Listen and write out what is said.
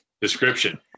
description